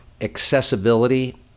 Accessibility